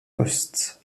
poste